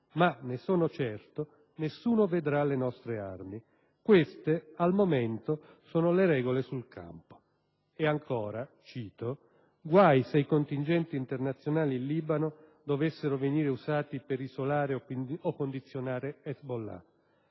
Ma, ne sono certo, nessuno vedrà le nostre armi. Queste, al momento, sono le regole sul campo». E ancora: «Guai se i contingenti internazionali in Libano dovessero venire usati per isolare o condizionare Hezbollah».